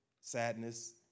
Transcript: Sadness